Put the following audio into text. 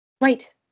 Right